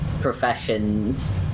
professions